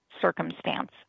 circumstance